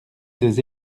des